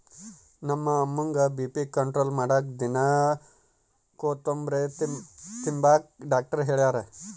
ನಮ್ಮ ಅಮ್ಮುಗ್ಗ BP control ಮಾಡಾಕ ದಿನಾ ಕೋತುಂಬ್ರೆ ತಿಂಬಾಕ ಡಾಕ್ಟರ್ ಹೆಳ್ಯಾರ